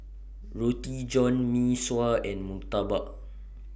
Roti John Mee Sua and Murtabak